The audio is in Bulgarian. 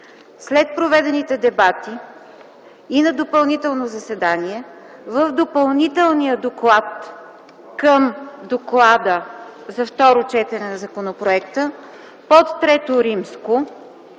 След проведените дебати и на допълнително заседание в допълнителния доклад към доклада за второ четене на Законопроекта под ІІІ комисията